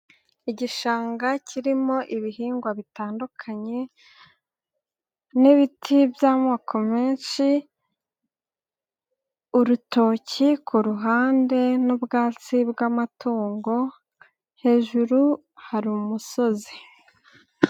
Igishanga kirimo ibihingwa bitandukanye n'ibiti by'amoko menshi, urutoki ku ruhande n'u ubwatsi bw'amatungo, hejuru hari umusozi.